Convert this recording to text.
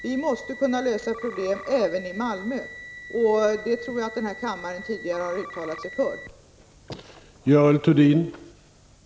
Vi måste kunna lösa problem även i Malmö, och jag tror att kammaren tidigare har uttalat sig för det.